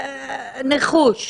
ניחוש.